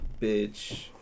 bitch